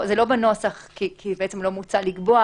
בנוסח, כי לא מוצע לקבוע